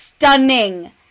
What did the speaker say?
Stunning